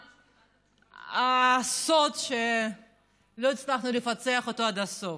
זה סוד שלא הצלחנו לפצח עד הסוף.